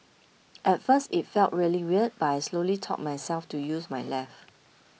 at first it felt really weird but I slowly taught myself to use my left